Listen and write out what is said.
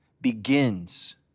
begins